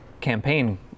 campaign